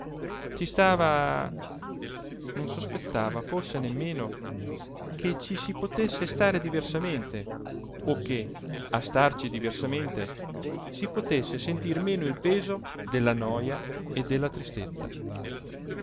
ci stava non sospettava forse nemmeno che ci si potesse stare diversamente o che a starci diversamente si potesse sentir meno il peso della noja e della tristezza